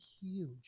huge